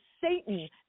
Satan